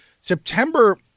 September –